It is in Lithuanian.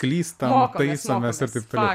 klystam taisomės ir taip toiau